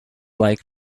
like